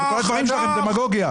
כל הדברים שלכם דמגוגיה.